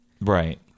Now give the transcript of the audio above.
right